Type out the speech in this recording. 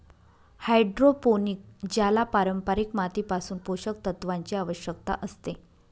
hydroponic ज्याला पारंपारिक मातीपासून पोषक तत्वांची आवश्यकता असते